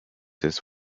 was